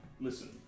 listen